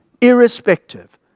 irrespective